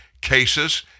cases